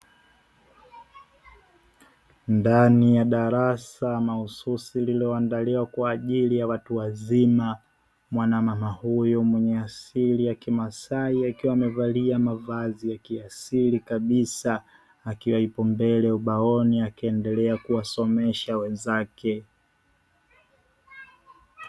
Ndani ya darasa mahususi lililoandaliwa kwa ajili ya watu wazima, mwanamama huyo mwenye asili ya kimasai akiwa amevalia mavazi ya kiasili kabisa akiwa yupo mbele ubaoni, akiendelea kuwasomesha wenzake.